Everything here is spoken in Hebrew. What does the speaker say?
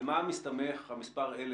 על מה מסתמך המספר 1,000?